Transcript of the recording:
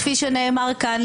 כפי שנאמר כאן,